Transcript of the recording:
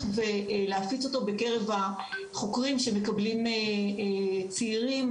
להפיץ אותו בקרב החוקרים שמקבלים צעירים,